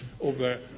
over